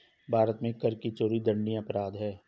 भारत में कर की चोरी दंडनीय अपराध है